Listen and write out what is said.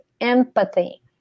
empathy